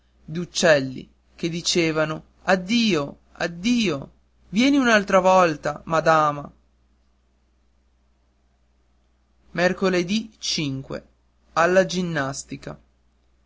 pispigliare d'uccelli che dicevano addio addio vieni un'altra volta madama alla ginnastica